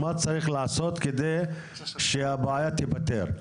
מה צריך לעשות על מנת שהבעיה תיפתר?